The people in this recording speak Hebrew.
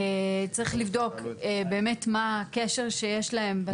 צריך לבדוק באמת מה הקשר שיש להם בנושא.